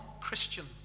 christian